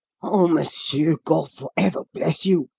oh, monsieur, god for ever bless you!